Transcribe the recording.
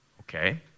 okay